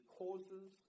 causes